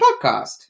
podcast